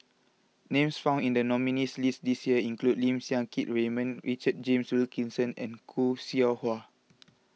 names found in the nominees' list this year include Lim Siang Keat Raymond Richard James Wilkinson and Khoo Seow Hwa